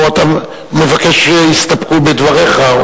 או אתה מבקש שיסתפקו בדבריך?